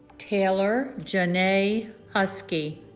taylor janae huskey